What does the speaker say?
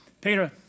Peter